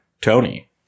Tony